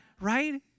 right